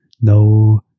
No